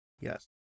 Yes